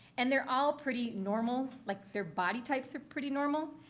and they're all pretty normal, like their body types are pretty normal.